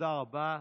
תודה רבה.